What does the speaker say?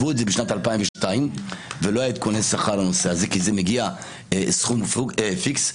כי זה מגיע סכום פיקס,